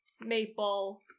maple